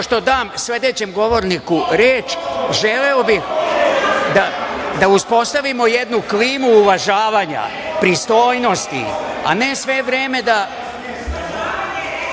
što dam sledećem govorniku reč, želeo bih da uspostavimo jednu klimu uvažavanja, pristojnosti, a ne sve vreme